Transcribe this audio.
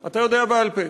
אתה יודע בעל-פה.